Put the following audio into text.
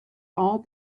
all